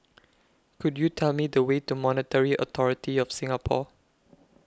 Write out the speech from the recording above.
Could YOU Tell Me The Way to Monetary Authority of Singapore